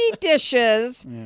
dishes